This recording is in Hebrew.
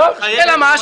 אלא מה?